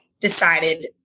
decided